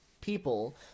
people